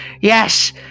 Yes